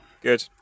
Good